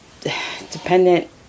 Dependent